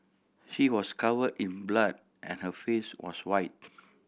he was covered in blood and her face was white